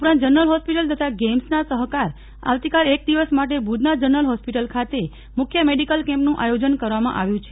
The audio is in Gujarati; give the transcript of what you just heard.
ઉપરાંત જનરલ હોસ્પિટલ તથા ગેઈમ્સના સહકાર થી આજે એક દિવસ માટે ભુજના જનરલ હોસ્પિટલ ખાતે મુખ્ય મેડિકલ કેમ્પનું આથોજન કરવામાં આવ્યું છે